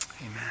Amen